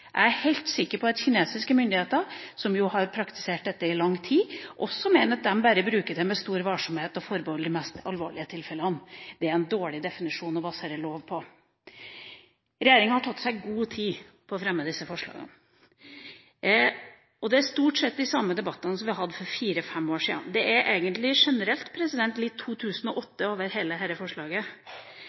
Jeg er helt sikker på at kinesiske myndigheter, som jo har praktisert dette i lang tid, også mener at de bare bruker det med stor varsomhet og forbeholdt de mest alvorlige tilfellene. Det er en dårlig definisjon å basere lov på. Regjeringa har tatt seg god tid på å fremme disse forslagene, og det er stort sett de samme debattene vi hadde for fire, fem år siden. Det er egentlig generelt litt 2008 over hele dette forslaget.